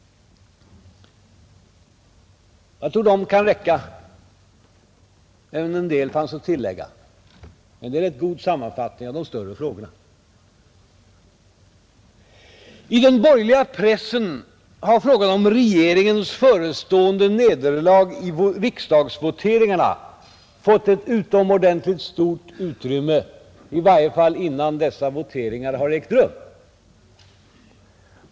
Jag tror att detta kan räcka, även om en del finns att tillägga. Det är en rätt god sammanfattning av de större frågorna. I den borgerliga pressen har frågan om regeringens förestående nederlag i riksdagsvoteringarna fått ett utomordentligt stort utrymme, i varje fall innan dessa voteringar har ägt rum.